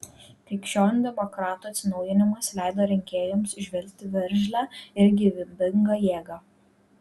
krikščionių demokratų atsinaujinimas leido rinkėjams įžvelgti veržlią ir gyvybingą jėgą